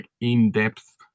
in-depth